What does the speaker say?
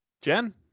Jen